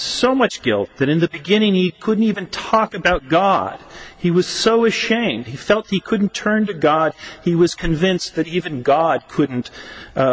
so much guilt that in the beginning he couldn't even talk about god he was so ashamed he felt he couldn't turn to god he was convinced that even god couldn't